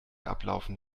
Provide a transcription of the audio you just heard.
ablaufen